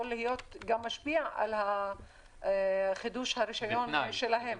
להיות גם משפיעות על חידוש הרישיון שלהם.